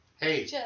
Hey